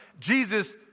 Jesus